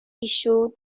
issued